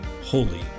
holy